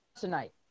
tonight